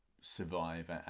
survive